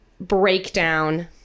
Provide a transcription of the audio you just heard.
breakdown